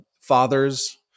fathers